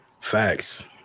Facts